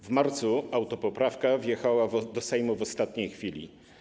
W marcu autopoprawka wjechała do Sejmu w ostatniej chwili.